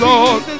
Lord